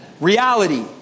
reality